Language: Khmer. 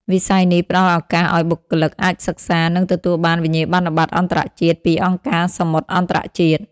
វិស័យនេះផ្តល់ឱកាសឱ្យបុគ្គលិកអាចសិក្សា និងទទួលបានវិញ្ញាបនបត្រអន្តរជាតិពីអង្គការសមុទ្រអន្តរជាតិ ។